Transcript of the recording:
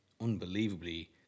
unbelievably